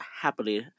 happily